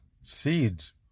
Seeds